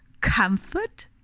comfort